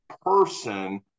person